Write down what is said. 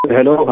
Hello